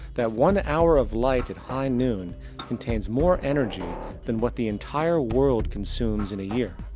that one hour of light at high noon contains more energy than what the entire world consumes in a year.